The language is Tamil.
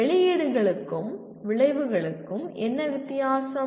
வெளியீடுகளுக்கும் விளைவுகளுக்கும் என்ன வித்தியாசம்